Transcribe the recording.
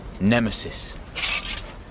Nemesis